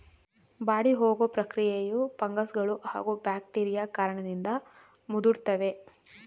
ಬಾಡಿಹೋಗೊ ಪ್ರಕ್ರಿಯೆಯು ಫಂಗಸ್ಗಳೂ ಹಾಗೂ ಬ್ಯಾಕ್ಟೀರಿಯಾ ಕಾರಣದಿಂದ ಮುದುಡ್ತವೆ